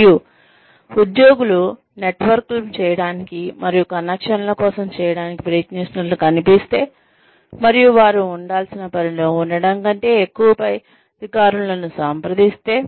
మరియు ఉద్యోగులు నెట్వర్క్లు చేయడానికి మరియు కనెక్షన్ల కోసం చేయడానికి ప్రయత్నిస్తున్నట్లు కనిపిస్తే మరియు వారు ఉండాల్సిన పనిలో ఉండడం కంటే ఎక్కువ పై అధికారులను సంప్రదిస్తే